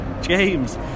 James